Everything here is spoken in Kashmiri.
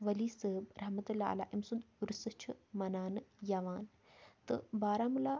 ؤلی صٲب رحمتُہ اللہ علیہ أمۍ سُنٛد عُرسہٕ چھُ مناونہٕ یوان تہٕ بارہمولہ